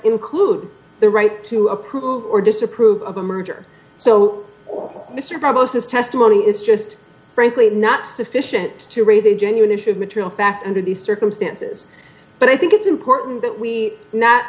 include the right to approve or disapprove of a merger so mr proposes testimony is just frankly not sufficient to raise a genuine issue of material fact under these circumstances but i think it's important that we not